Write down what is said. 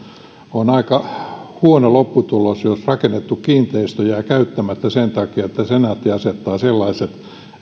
on aika huono lopputulos jos rakennettu kiinteistö jää käyttämättä sen takia että senaatti asettaa sellaiset